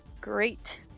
Great